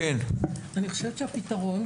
אני חושבת שהפתרון,